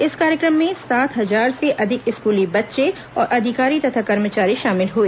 इस कार्यक्रम में सात हजार से अधिक स्कूली बच्चे और अधिकारी तथा कर्मचारी शामिल हुए